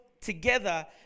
together